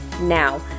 now